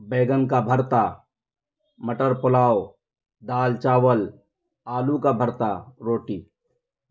بینگن کا بھرتا مٹر پلاؤ دال چاول آلو کا بھرتا روٹی